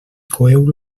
coeu